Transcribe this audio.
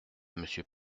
monsieur